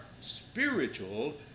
spiritual